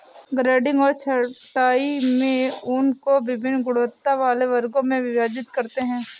grading और छँटाई में ऊन को वभिन्न गुणवत्ता वाले वर्गों में विभाजित करते हैं